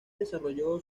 desarrolló